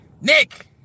Nick